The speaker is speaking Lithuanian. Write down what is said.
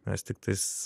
mes tiktais